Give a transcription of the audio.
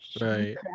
right